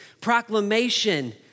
proclamation